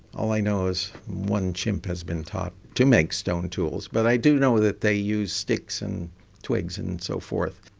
all i know is one chimp has been taught to make stone tools, but i do know that they use sticks and twigs and so forth.